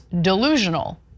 delusional